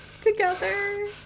together